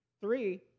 Three